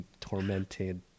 tormented